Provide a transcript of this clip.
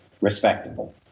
respectable